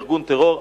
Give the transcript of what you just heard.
וארגון טרור,